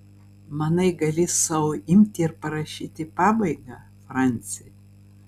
manai gali sau imti ir parašyti pabaigą franci